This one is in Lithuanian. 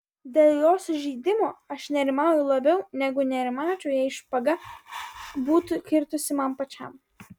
dėl jo sužeidimo aš nerimauju labiau negu nerimaučiau jei špaga būtų kirtusi man pačiam